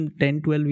10-12